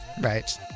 Right